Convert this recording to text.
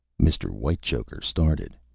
mr. whitechoker started.